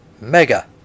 Mega